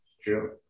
True